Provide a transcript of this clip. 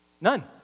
none